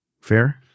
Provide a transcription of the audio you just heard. Fair